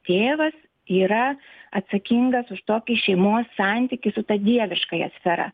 tėvas yra atsakingas už tokį šeimos santykį su ta dieviškąja sfera